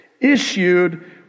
issued